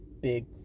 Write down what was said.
big